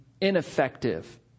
ineffective